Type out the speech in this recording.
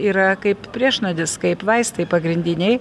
yra kaip priešnuodis kaip vaistai pagrindiniai